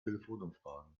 telefonumfragen